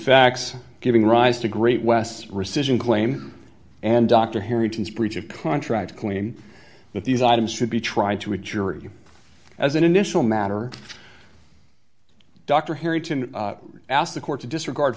facts giving rise to great west's rescission claim and dr harrington's breach of contract claim that these items should be tried to a jury as an initial matter dr harrington asked the court to disregard